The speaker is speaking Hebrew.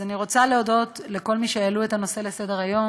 אני רוצה להודות לכל מי שהעלו את הנושא לסדר-היום.